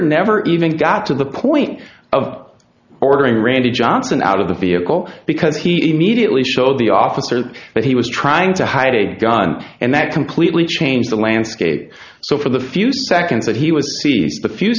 never even got to the point of ordering randy johnson out of the vehicle because he immediately showed the officer that he was trying to hide a gun and that completely changed the landscape so for the few seconds that he was